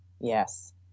Yes